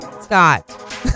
Scott